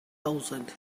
thousand